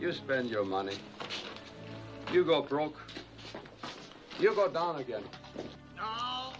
you spend your money you go girl